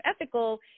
ethical